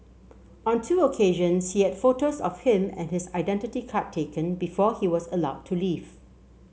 on two occasion he had photos of him and his identity card taken before he was allowed to leave